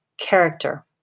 character